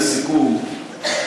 לסיכום,